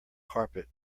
carpet